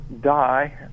die